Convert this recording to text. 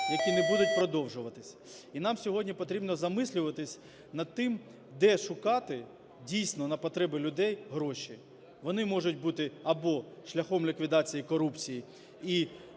які не будуть продовжуватись. І нам сьогодні потрібно замислюватись над тим, де шукати, дійсно, на потреби людей гроші. Вони можуть бути або шляхом ліквідації корупції